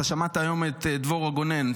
שמעת היום את דבורה גונן?